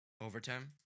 Overtime